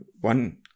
one